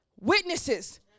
Witnesses